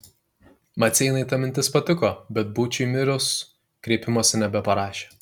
maceinai ta mintis patiko bet būčiui mirus kreipimosi nebeparašė